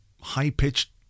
high-pitched